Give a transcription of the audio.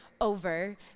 over